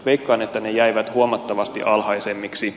veikkaan että ne jäävät huomattavasti alhaisemmiksi